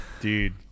Dude